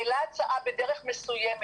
השר העלה הצעה בדרך מסוימת,